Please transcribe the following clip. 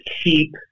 cheap